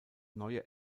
neue